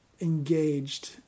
engaged